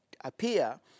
appear